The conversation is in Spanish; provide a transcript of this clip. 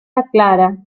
aclara